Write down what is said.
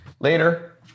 later